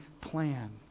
plan